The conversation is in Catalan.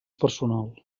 personal